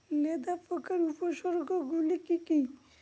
লেদা পোকার উপসর্গগুলি কি কি?